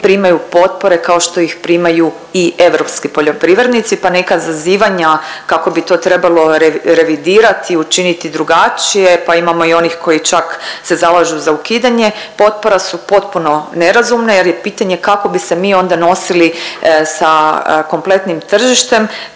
primaju potpore kao što ih primaju i europski poljoprivrednici pa neka zazivanja kako bi to trebalo revidirati, učiniti drugačije pa imamo i onih koji čak se zalažu za ukidanje potpora su potpuno nerazumne jer je pitanje kako bi se mi onda nosili sa kompletnim tržištem